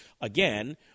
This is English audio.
again